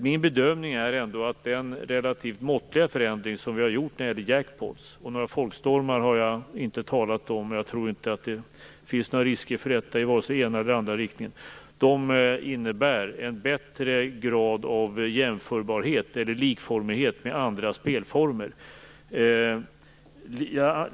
Min bedömning är ändå att det är relativt måttliga förändringar som vi har gjort när det gäller jackpoter. Några folkstormar har jag inte talat om. Jag tror inte att det finns några risker för detta i vare sig ena eller andra riktningen. Förändringarna innebär en bättre grad av jämförbarhet eller likformighet med andra spelformer.